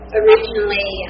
originally